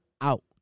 out